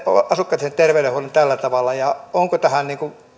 asukkaittensa terveydenhuollon tällä tavalla onko tähän